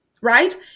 right